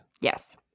yes